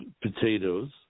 potatoes